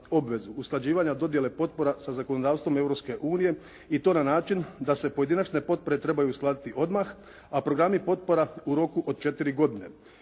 usklađivanja dodjele potpora sa zakonodavstvom Europske unije i to na način da se pojedinačne potpore trebaju uskladiti odmah, a programi potpora u roku od 4 godine.